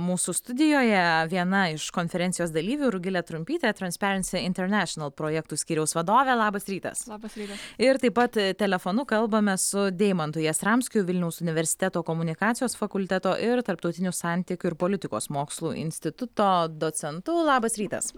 mūsų studijoje viena iš konferencijos dalyvių rugilė trumpytė transperensi internešinal projektų skyriaus vadovė labas rytas ir taip pat telefonu kalbame su deimantu jastramskiu vilniaus universiteto komunikacijos fakulteto ir tarptautinių santykių ir politikos mokslų instituto docentu labas rytas